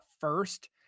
first